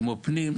כמו פנים,